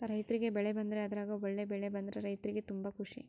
ರೈರ್ತಿಗೆ ಬೆಳೆ ಬಂದ್ರೆ ಅದ್ರಗ ಒಳ್ಳೆ ಬೆಳೆ ಬಂದ್ರ ರೈರ್ತಿಗೆ ತುಂಬಾ ಖುಷಿ